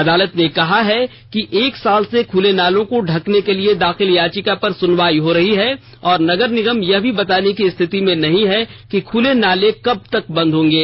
अदालत ने कहा है कि एक साल से खुले नालों को ढंकने के लिए दाखिल याचिका पर सुनवाई हो रही है और नगर निगम यह भी बताने की स्थिति में नहीं है कि खुले नाले कब तक बंद होंगे